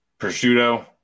Prosciutto